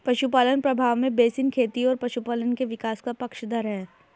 पशुपालन प्रभाव में बेसिन खेती और पशुपालन के विकास का पक्षधर है